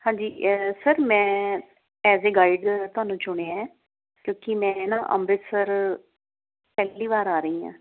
ਹਾਂਜੀ ਸਰ ਮੈਂ as a guide ਤੁਹਾਨੂੰ ਚੁਣਿਆ ਹੈ ਕਿਉਂਕਿ ਮੈਂ ਨਾ ਅੰਮ੍ਰਿਤਸਰ ਪਹਿਲੀ ਵਾਰ ਆ ਰਹੀ ਹਾਂ